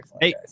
hey